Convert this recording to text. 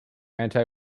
anti